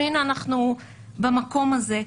והנה אנחנו במקום הזה.